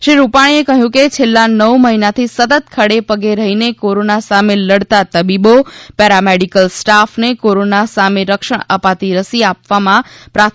શ્રી રૂપાણીએ કહ્યું કે છેલ્લા નવ મહિનાથી સતત ખડે પગે રહીને કોરોના સામે લડતા તબીબો પેરામેડીકલ સ્ટાફને કોરોના સામે રક્ષણ આપતી રસી આપવામાં પ્રાથમિકતા અપાઇ છે